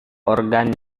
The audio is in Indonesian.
organ